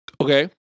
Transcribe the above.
Okay